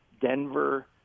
Denver